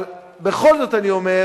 אבל בכל זאת אני אומר,